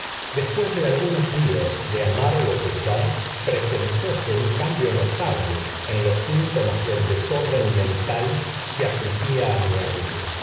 después de algunos días de amargo pesar presentóse un cambio notable en los síntomas del desorden mental que afligía a mi amigo